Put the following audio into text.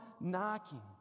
knocking